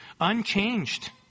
unchanged